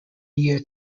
year